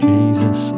Jesus